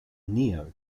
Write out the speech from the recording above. neo